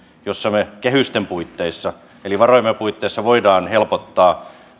joilla me kehysten puitteissa eli varojemme puitteissa voimme helpottaa